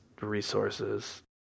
resources